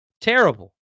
Terrible